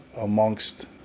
amongst